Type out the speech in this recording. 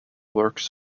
works